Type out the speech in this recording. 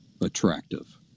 attractive